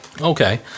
Okay